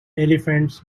elephants